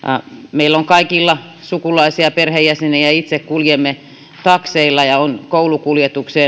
meillä on kaikilla sukulaisia ja perheenjäseniä itse kuljemme takseilla on koulukuljetuksia